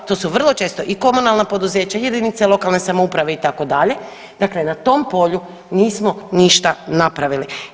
To su vrlo često i komunalna poduzeća i jedinice lokalne samouprave itd., dakle na tom polju nismo ništa napravili.